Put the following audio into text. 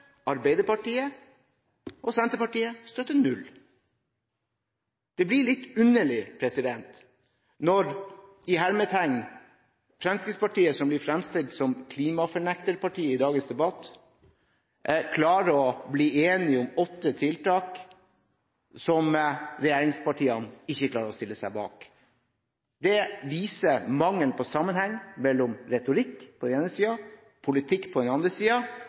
Arbeiderpartiet og Senterpartiet støtter null. Det blir litt underlig når Fremskrittspartiet, som blir fremstilt som klimafornekterpartiet i dagens debatt, klarer å bli enig om åtte tiltak som regjeringspartiene ikke klarer å stille seg bak. Det viser mangelen på sammenheng mellom retorikk på den ene siden og politikk på den andre,